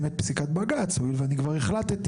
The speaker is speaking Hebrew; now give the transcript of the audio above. את פסיקת בג"ץ הואיל ואני כבר החלטתי.